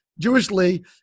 Jewishly